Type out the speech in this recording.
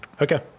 Okay